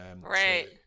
Right